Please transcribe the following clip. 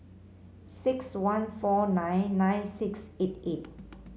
six one four nine nine six eight eight